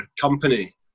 company